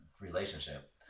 relationship